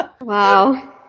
Wow